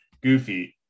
Goofy